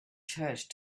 church